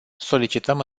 solicităm